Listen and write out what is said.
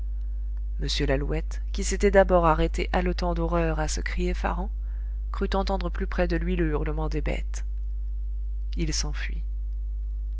m lalouette qui s'était d'abord arrêté haletant d'horreur à ce cri effarant crut entendre plus près de lui le hurlement des bêtes il s'enfuit